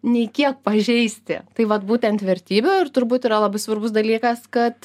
nei kiek pažeisti tai vat būtent vertybių ir turbūt yra labai svarbus dalykas kad